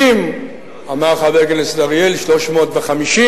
330,000, אמר חבר הכנסת אריאל 350,000,